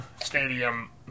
stadium